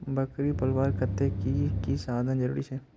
बकरी पलवार केते की की साधन जरूरी छे?